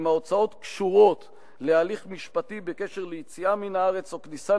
אם ההוצאות קשורות להליך משפטי בקשר ליציאה מן הארץ או לכניסה